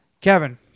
Kevin